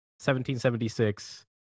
1776